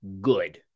good